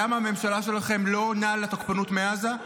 למה הממשלה שלכם לא עונה לתוקפנות מעזה?